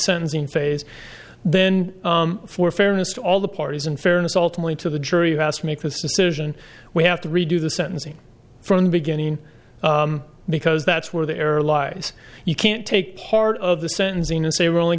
sentencing phase then for fairness to all the parties in fairness ultimately to the jury house to make this decision we have to redo the sentencing from the beginning because that's where the error lies you can't take part of the sentencing and say we're only